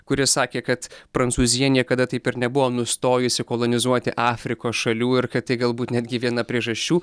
kuris sakė kad prancūzija niekada taip ir nebuvo nustojusi kolonizuoti afrikos šalių ir kad tai galbūt netgi viena priežasčių